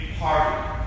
party